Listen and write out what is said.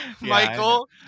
Michael